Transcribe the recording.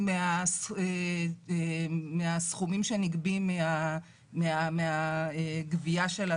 מהסכומים שנגבים מהגבייה.